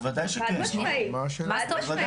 חד משמעית, חד משמעית.